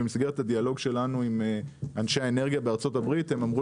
במסגרת הדיאלוג שלנו עם אנשי האנרגיה בארצות הברית,